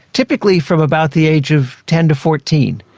typically from about the age of ten to fourteen.